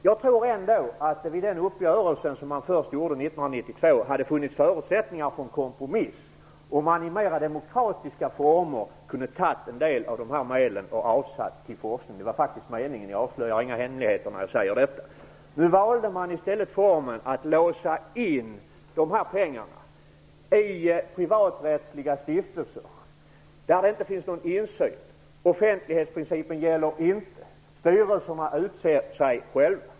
Jag tror ändå att det vid den uppgörelse som träffades 1992 hade funnits förutsättningar för kompromiss, och man hade i mera demokratiska former kunnat ta en del av dessa medel och avsätta till forskning. Det var faktiskt meningen - jag avslöjar ingen hemlighet när jag säger detta. Nu valde man i stället formen att låsa in dessa pengar i privaträttsliga stiftelser där det inte finns någon insyn. Offentlighetsprincipen gäller inte. Styrelserna utser sig själva.